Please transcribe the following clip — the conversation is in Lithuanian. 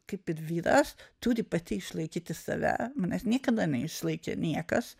kaip ir vyras turi pati išlaikyti save manęs niekada neišlaikė niekas